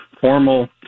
formal